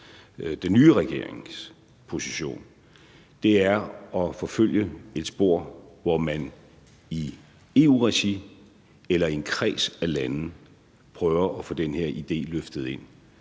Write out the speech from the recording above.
Den nye regerings position er at forfølge et spor, hvor man i EU-regi – eller i en kreds af lande – prøver at få den her idé løftet ind.